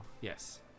Yes